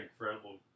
incredible